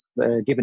given